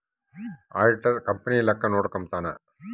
auditor company ಲೆಕ್ಕ ನೋಡ್ಕಂತಾನ್